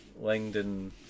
Langdon